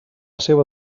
seva